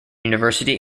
university